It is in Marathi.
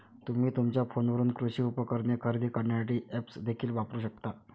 तुम्ही तुमच्या फोनवरून कृषी उपकरणे खरेदी करण्यासाठी ऐप्स देखील वापरू शकता